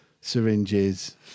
Syringes